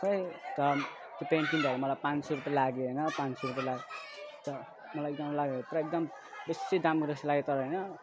त्यो पेन्ट किन्दाखेरि मलाई पाँच रुपियाँ लाग्यो होइन पाँच सौ रुपियाँ लाग्यो मलाई एकदम लाग्यो पुरा एकदम बेसी दामको जस्तो लाग्यो तर होइन